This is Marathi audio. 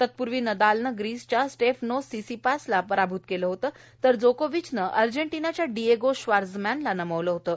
तत्पूर्वी नदालनं ग्रीसच्या स्टेफनोस सीसीपासला पराभूत केलं होतं तर जोकोविचनं अर्जेटिनाच्या डीएगो श्वात्झरमॅनला नमवलं होतं